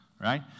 right